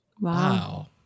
Wow